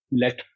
Let